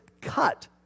cut